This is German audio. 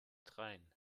dreien